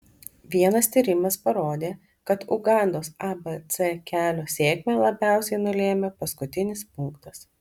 vienas tyrimas parodė kad ugandos abc kelio sėkmę labiausiai nulėmė paskutinis punktas